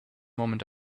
moment